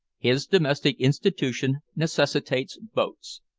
his domestic institution necessitates boats,